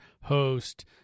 host